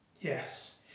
Yes